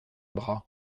bras